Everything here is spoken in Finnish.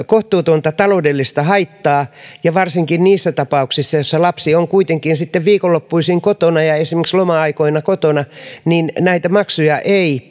kohtuutonta taloudellista haittaa varsinkin niissä tapauksissa joissa lapsi on kuitenkin sitten viikonloppuisin kotona ja esimerkiksi loma aikoina kotona koska näitä maksuja ei